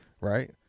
right